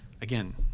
again